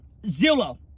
Zillow